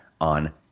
on